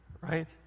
Right